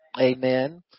Amen